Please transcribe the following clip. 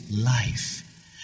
life